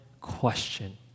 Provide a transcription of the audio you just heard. question